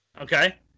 Okay